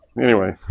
anyway,